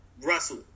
Russell